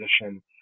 position